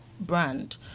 brand